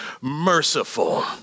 merciful